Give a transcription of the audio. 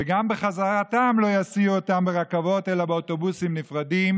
וגם בחזרתם לא יסיעו אותם ברכבות אלא באוטובוסים נפרדים,